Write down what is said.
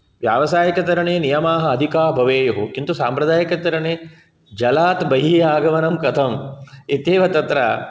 व्यावसायिकतरणे नियमाः अधिकाः भवेयुः किन्तु साम्प्रदायिकतरणे जलात् बहिः आगमनं कथम् इत्येव तत्र